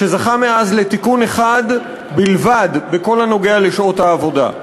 שזכה מאז לתיקון אחד בלבד בכל הקשור לשעות העבודה.